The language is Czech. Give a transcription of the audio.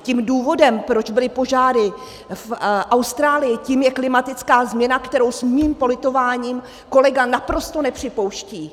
Tím důvodem, proč byly požáry v Austrálii, tím je klimatická změna, kterou s mým politováním kolega naprosto nepřipouští.